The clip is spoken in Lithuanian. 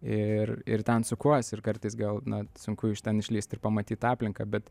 ir ir ten sukuosi ir kartais gal na sunku iš ten išlįst ir pamatyt aplinką bet